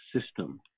system